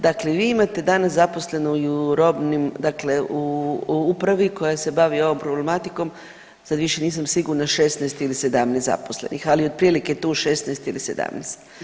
Dakle vi imate danas zaposleno i u robnim, dakle u upravi koja se bavi ovom problematikom, sad više nisam sigurna, 16 ili 17 zaposlenih, ali otprilike je tu 16 ili 17.